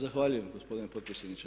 Zahvaljujem gospodine potpredsjedniče.